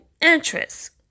interest